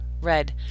red